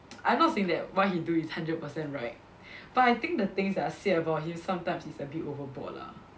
I'm not saying that what he do is hundred per cent right but I think the things that are said about him sometimes is a bit overboard lah